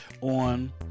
on